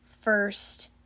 first